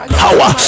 power